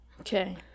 Okay